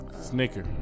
Snicker